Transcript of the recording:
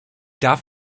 darf